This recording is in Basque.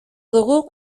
dugu